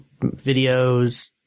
videos